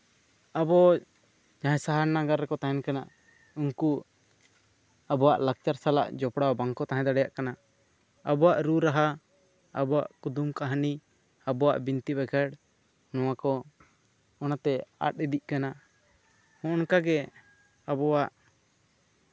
ᱟᱵᱚ ᱡᱟᱦᱟᱸᱭ ᱥᱟᱦᱟᱨ ᱱᱟᱜᱟᱨ ᱨᱮᱠᱚ ᱛᱟᱦᱮᱱ ᱠᱟᱱᱟ ᱩᱱᱠᱩ ᱟᱵᱚᱣᱟᱜ ᱞᱟᱠᱪᱟᱨ ᱥᱟᱞᱟᱜ ᱡᱚᱯᱲᱟᱣ ᱵᱟᱝᱠᱚ ᱛᱟᱦᱮᱸ ᱫᱟᱲᱮᱭᱟᱜ ᱠᱟᱱᱟ ᱟᱵᱚᱣᱟᱜ ᱨᱩᱼᱨᱟᱦᱟ ᱟᱵᱚᱣᱟᱜ ᱠᱩᱫᱩᱢᱼᱠᱟᱦᱱᱤ ᱟᱵᱚᱣᱟᱜ ᱵᱤᱱᱛᱤ ᱵᱟᱸᱠᱷᱮᱬ ᱱᱚᱶᱟ ᱠᱚ ᱚᱱᱟᱛᱮ ᱟᱫ ᱤᱫᱤᱜ ᱠᱟᱱᱟ ᱦᱚᱸᱜᱼᱚ ᱱᱚᱝᱠᱟ ᱜᱮ ᱟᱵᱚᱣᱟᱜ